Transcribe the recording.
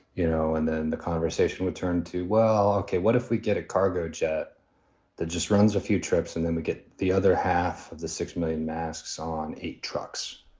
you know, and then the conversation would turn to, well, ok, what if we get a cargo jet that just runs a few trips and then we get the other half of the six million masks on eight trucks?